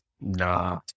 Nah